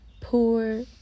poor